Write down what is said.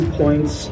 points